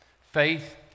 Faith